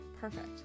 Perfect